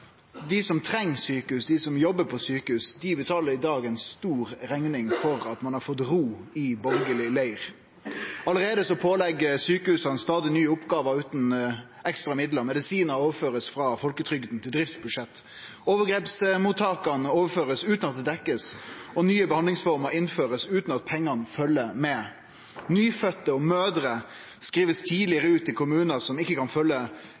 dei som treng sjukehus, dei som jobbar på sjukehus – betaler i dag ein stor del av rekninga for at ein har fått ro i borgarleg leir. Allereie blir sjukehusa pålagde stadig nye oppgåver utan ekstra midlar. Medisinar blir overførde frå folketrygda til driftsbudsjettet. Overgrepsmottaka blir overførde utan at det blir dekt, og nye behandlingsformer blir innførte utan at pengane følgjer med. Nyfødde og mødrer blir skrivne tidlegare ut i kommunar som ikkje kan følgje